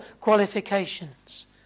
qualifications